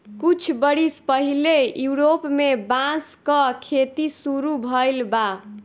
कुछ बरिस पहिले यूरोप में बांस क खेती शुरू भइल बा